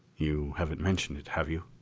you haven't mentioned it, have you?